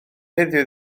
heddiw